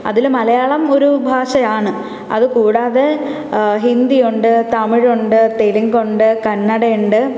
അതിൽ മലയാളം ഒരു ഭാഷയാണ് അതുകൂടാതെ ഹിന്ദി ഉണ്ട് തമിഴ് ഉണ്ട് തെലുങ്കുണ്ട് കന്നഡ ഉണ്ട്